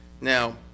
Now